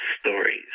stories